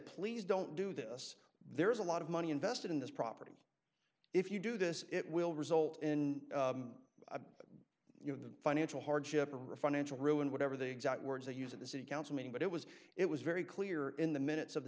please don't do this there's a lot of money invested in this property if you do this it will result in you know the financial hardship to refinance or ruin whatever the exact words they used at the city council meeting but it was it was very clear in the minutes of the